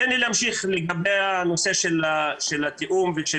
תן לי להמשיך לגבי הנושא של התיאום ושל